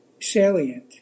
salient